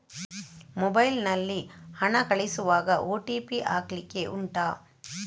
mobile ನಲ್ಲಿ ಹಣ ಕಳಿಸುವಾಗ ಓ.ಟಿ.ಪಿ ಹಾಕ್ಲಿಕ್ಕೆ ಉಂಟಾ